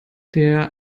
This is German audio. der